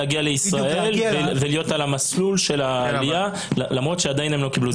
להגיע לישראל ולהיות על מסלול העלייה למרות שהם עדיין לא קיבלו זכאות.